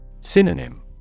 Synonym